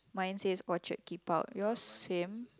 mine says orchard keep out yours same